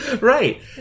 Right